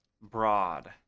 broad